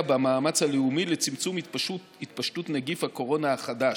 במאמץ הלאומי לצמצום התפשטות נגיף הקורונה החדש.